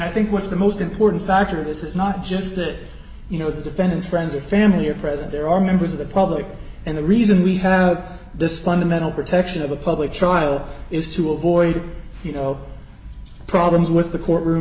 i think what's the most important factor this is not just that you know the defendant's friends or family are present there are members of the public and the reason we have this fundamental protection of a public trial is to avoid you know problems with the courtroom